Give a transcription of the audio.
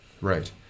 right